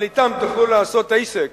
אבל אתם תוכלו לעשות עסק,